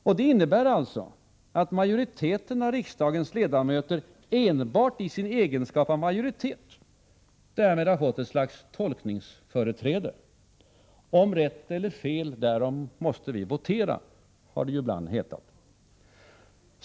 Och det innebär att majoriteten av riksdagens ledamöter, enbart i sin egenskap av majoritet, därmed har fått ett slags tolkningsföreträde. Om rätt eller fel, därom måste vi votera, har det ibland hetat.